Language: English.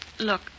Look